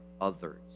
others